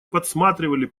подсматривали